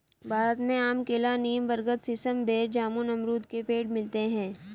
भारत में आम केला नीम बरगद सीसम बेर जामुन अमरुद के पेड़ मिलते है